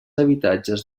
habitatges